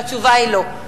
והתשובה היא: לא.